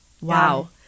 Wow